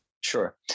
Sure